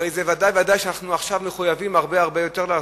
הרי ודאי וודאי שאנחנו עכשיו מחויבים הרבה הרבה יותר לעשות.